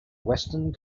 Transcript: weston